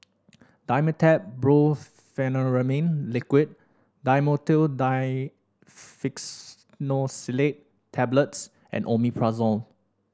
Dimetapp Brompheniramine Liquid Dhamotil Diphenoxylate Tablets and Omeprazole